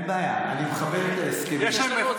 אדוני היושב-ראש,